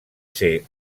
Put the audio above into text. ser